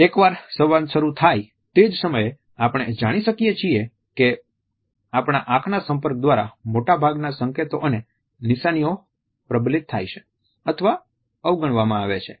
એક વાર સંવાદ શરૂ થાય તે જ સમયે આપણે જાણી શકીએ છીએ કે આપણા આંખના સંપર્ક દ્વારા મોટા ભાગના સંકેતો અને નિશાનીઓ પ્રબલિત થાય છે અથવા અવગણવામાં આવે છે